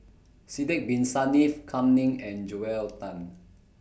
Sidek Bin Saniff Kam Ning and Joel Tan